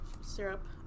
syrup